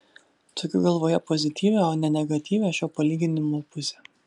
turiu galvoje pozityvią o ne negatyvią šio palyginimo pusę